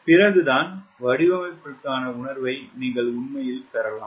பிறகுதான் வடிவமைப்பிற்கான உணர்வை நீங்கள் உண்மையில் பெறலாம்